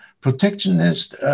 protectionist